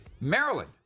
Maryland